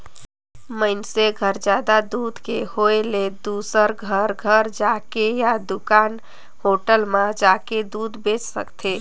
मइनसे घर जादा दूद के होय ले दूसर घर घर जायके या दूकान, होटल म जाके दूद बेंच सकथे